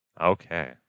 Okay